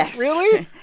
ah really?